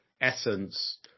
Essence